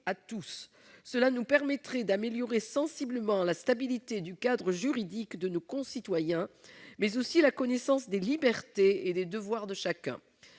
à tous. Cela nous permettrait d'améliorer sensiblement la stabilité du cadre juridique de nos concitoyens, mais aussi la connaissance des libertés et des devoirs de chacun.